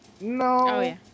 No